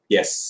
Yes